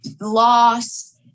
loss